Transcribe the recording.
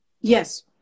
yes